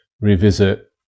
revisit